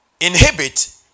inhibit